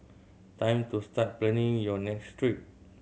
time to start planning your next trip